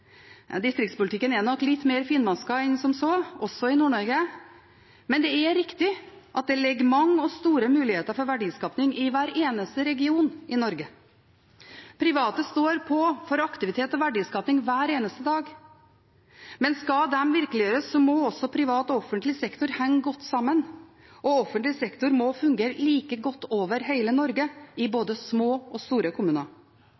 Distriktspolitikken er nok litt mer finmasket enn som så, også i Nord-Norge, men det er riktig at det ligger mange og store muligheter for verdiskaping i hver eneste region i Norge. Private står på for aktivitet og verdiskaping hver eneste dag, men skal det virkeliggjøres, må også privat og offentlig sektor henge godt sammen, og offentlig sektor må fungere like godt over hele Norge, i både små og store kommuner.